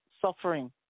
suffering